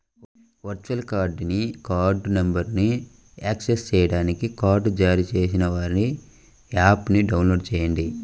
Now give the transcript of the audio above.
virtual కార్డ్ని card నంబర్ను access చేయడానికి కార్డ్ జారీ చేసేవారి యాప్ని డౌన్లోడ్ చేయండి